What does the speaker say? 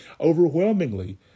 Overwhelmingly